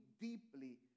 deeply